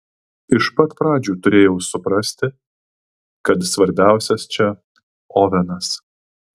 iš pat pradžių turėjau suprasti kad svarbiausias čia ovenas